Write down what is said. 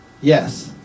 Yes